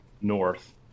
north